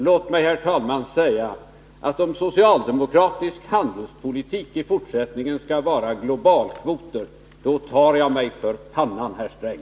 Låt mig säga att om socialdemokratisk handelspolitik i fortsättningen skall vara globalkvoter, då tar jag mig för pannan, herr Sträng!